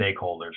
stakeholders